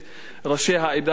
ראשי העדה הנוצרית.